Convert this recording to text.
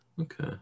Okay